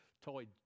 toy